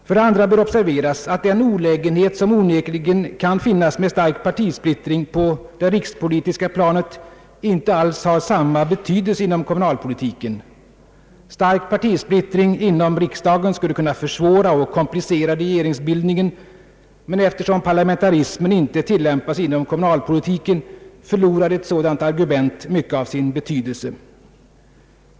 För det andra bör observeras att den olägenhet som onekligen kan finnas med stark partisplittring på det rikspolitiska planet inte alls har samma betydelse inom kommunalpolitiken. Stark partisplittring inom riksdagen skulle kunna försvåra och komplicera regeringsbildningen, men eftersom parlamentarismen inte tillämpas inom kommunalpolitiken förlorar ett sådant argument mycket av sin betydelse.